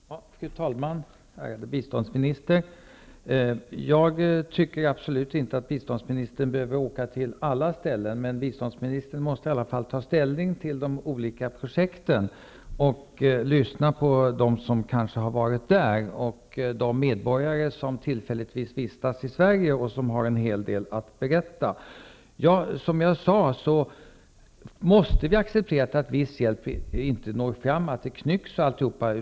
Fru talman! Ärade biståndsminister! Jag tycker absolut inte att biståndsministern behöver åka till alla ställen. Men biståndsministern måste ta ställning till de olika projekten och lyssna på dem som har varit där och de medborgare som tillfälligtvis vistas i Sverige och har en hel del att berätta. Vi måste acceptera att viss hjälp inte når fram. Pengarna kan t.ex. knyckas.